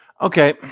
Okay